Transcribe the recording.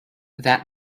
that